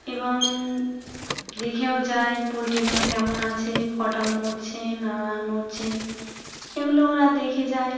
এবং দেখেও যায় পোলট্রিগুলো কেমন আছে কটা মরছে না মরছে এগুলো ওরা দেখে যায়